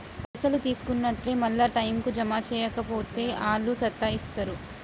పైసలు తీసుకున్నట్లే మళ్ల టైంకు జమ జేయక పోతే ఆళ్లు సతాయిస్తరు